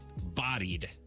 bodied